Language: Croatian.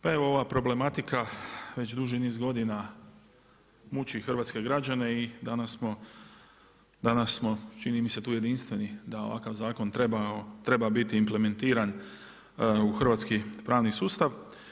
Pa evo ova problematika već duži niz godina muči hrvatske građane i danas smo čini mi se tu jedinstveni da ovakav zakon treba biti implementiran u hrvatski pravni sustav.